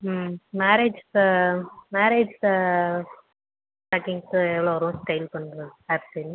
ம் மேரேஜ்ஜூக்கு மேரேஜ்ஜூக்கு பேக்கிங்க்கு எவ்வளோ வரும் ஸ்டைல் பண்ணுறதுக்கு ஹேர் ஸ்டைலிங்